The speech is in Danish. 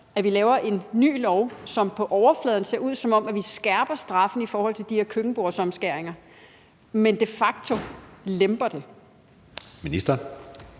at vi laver en ny lov, som på overfladen ser ud, som om vi skærper straffen i forhold til de her køkkenbordsomskæringer, men som de facto lemper den. Kl.